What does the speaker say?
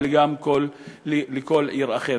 וגם בכל עיר אחרת.